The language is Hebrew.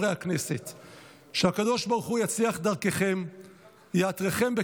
אלו המתמרנים עתה ברחובות אל אל-עטאטרה ובסמטאות ג'באליה ונלחמים בבתי